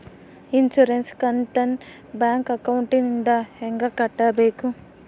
Insurance ಕಂತನ್ನ bank ಅಕೌಂಟಿಂದ ಹೆಂಗ ಕಟ್ಟಬೇಕು?